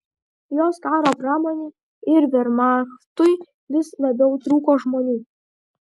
jos karo pramonei ir vermachtui vis labiau trūko žmonių